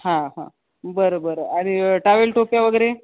हां हां बरं बरं आणि टावेल टोप्या वगैरे